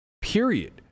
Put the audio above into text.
period